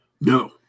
No